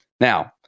Now